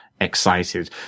excited